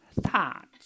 Thoughts